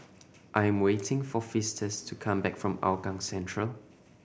I am waiting for Festus to come back from Hougang Central